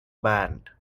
band